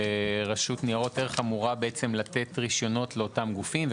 7. בקשר להגדרת רישיון ייזום בסיסי,